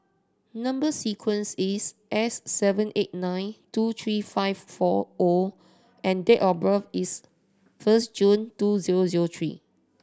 number sequence is S seven eight nine two three five four O and date of birth is first June two zero zero three